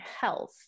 health